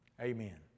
Amen